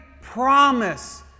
promise